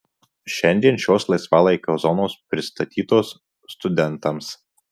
šiandien šios laisvalaikio zonos pristatytos studentams